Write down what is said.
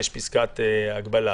יש פסקת הגבלה,